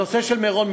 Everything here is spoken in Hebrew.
הנושא של מירון.